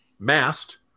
Masked